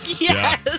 Yes